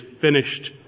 finished